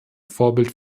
vorbild